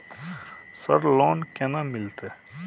Sir loan केना मिलते?